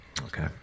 Okay